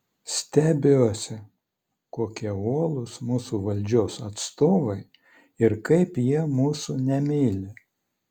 stebiuosi kokie uolūs mūsų valdžios atstovai ir kaip jie mūsų nemyli